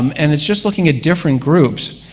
um and it's just looking at different groups,